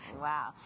Wow